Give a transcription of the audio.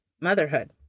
motherhood